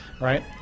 right